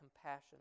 compassion